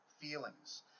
feelings